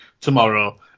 tomorrow